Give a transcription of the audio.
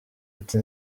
ati